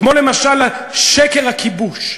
כמו למשל שקר הכיבוש,